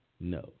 No